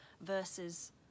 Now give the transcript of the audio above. versus